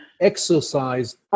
exercise